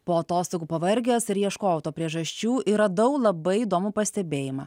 po atostogų pavargęs ir ieškojau to priežasčių ir radau labai įdomų pastebėjimą